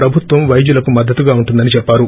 ప్రభుత్వం వైద్యులకు మద్దతుగా ఉంటుందని చెప్పారు